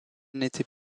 n’était